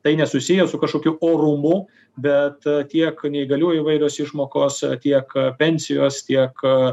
tai nesusiję su kažkokiu orumu bet tiek neįgaliųjų įvairios išmokos tiek pensijos tiek